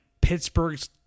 Pittsburgh's